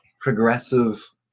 progressive